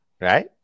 Right